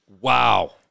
Wow